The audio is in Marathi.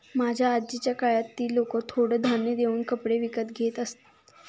माझ्या आजीच्या काळात ती लोकं थोडं धान्य देऊन कपडे विकत घेत असत